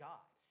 God